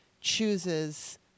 chooses